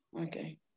Okay